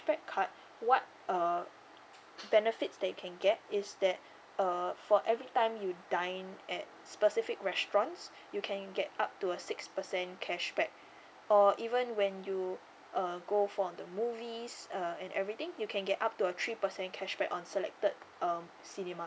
back card what uh benefits that you can get is that uh for every time you dined at specific restaurant you can get up to a six percent cashback or even when you uh go for the movies uh and everything you can get up to a three percent cashback on selected um cinema